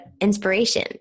inspiration